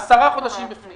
10 חודשים בפנים